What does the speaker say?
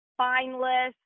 fineless